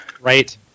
Right